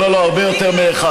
לא, לא, הרבה יותר מאחד.